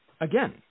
Again